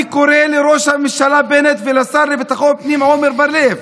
אני קורא לראש הממשלה בנט ולשר לביטחון הפנים עמר בר לב: